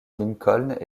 lincoln